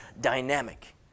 dynamic